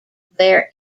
there